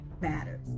matters